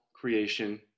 creation